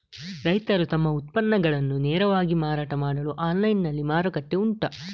ರೈತರು ತಮ್ಮ ಉತ್ಪನ್ನಗಳನ್ನು ನೇರವಾಗಿ ಮಾರಾಟ ಮಾಡಲು ಆನ್ಲೈನ್ ನಲ್ಲಿ ಮಾರುಕಟ್ಟೆ ಉಂಟಾ?